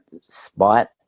spot